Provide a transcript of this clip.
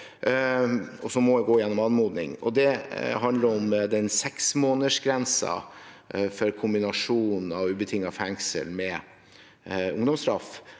som må gå gjennom en anmodning. Det handler om den seksmånedersgrensen for kombinasjon av ubetinget fengsel med ungdomsstraff,